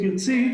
אם תרצי.